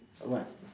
what